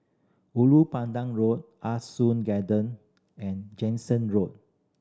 Ulu Pandan Road Ah Soon Garden and Jansen Road